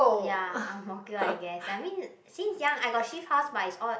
ya Ang-Mo-Kio I guess I mean since young I got shift house but it's all